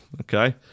okay